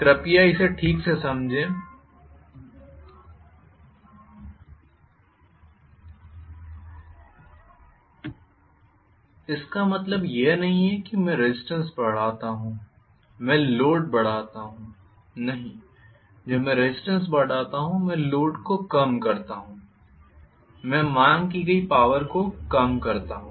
कृपया इसे ठीक से समझें इसका मतलब यह नहीं है कि मैं रेज़िस्टेन्स बढ़ाता हूं मैं लोड बढ़ाता हूं नहीं जब मैं रेज़िस्टेन्स बढ़ाता हूं मैं लोड को कम करता हूं मैं मांग की गई पॉवर को कम करता हूं